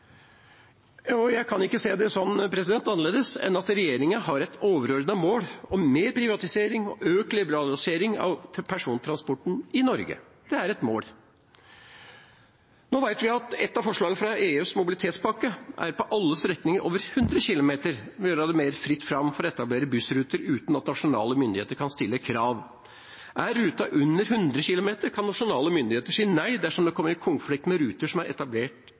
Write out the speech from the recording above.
Jeg kan ikke se det annerledes enn at regjeringa har et overordnet mål om mer privatisering og økt liberalisering av persontransporten i Norge. Det er et mål. Nå vet vi at et av forslagene fra EUs mobilitetspakke er, på alle strekninger over 100 km, å gjøre det mer fritt fram å etablere bussruter uten at nasjonale myndigheter kan stille krav. Er ruta under 100 km, kan nasjonale myndigheter si nei dersom det kommer i konflikt med ruter som er etablert